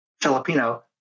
Filipino